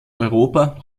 europa